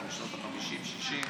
משנות החמישים-שישים,